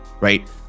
right